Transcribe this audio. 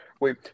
Wait